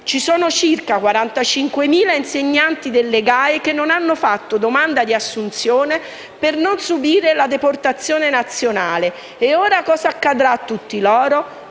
Ci sono circa 45.000 insegnanti delle GAE che non hanno fatto domanda di assunzione per non subire la deportazione nazionale. Cosa accadrà ora a tutti loro?